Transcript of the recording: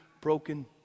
broken